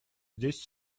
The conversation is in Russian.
здесь